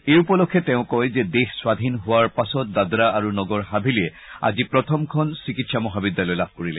এই উপলক্ষে তেওঁ কয় যে দেশ স্বাধীন হোৱাৰ পাছত দাদৰা আৰু নগৰ হাভেলীয়ে আজি প্ৰথমখন চিকিৎসা মহাবিদ্যলায় লাভ কৰিলে